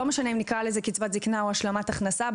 ולא משנה אם נקרא לזה קצבת זקנה או השלמת הכנסה: